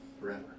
forever